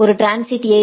ஒரு ட்ரான்சிட் ஏ